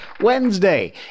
Wednesday